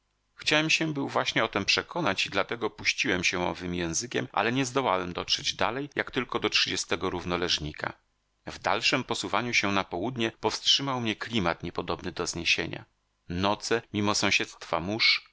chciałem się był właśnie o tem przekonać i dlatego puściłem się owym językiem ale nie zdołałem dotrzeć dalej jak tylko do trzydziestego równoleżnika w dalszem posuwaniu się na południe powstrzymał mnie klimat niepodobny do zniesienia noce mimo sąsiedztwa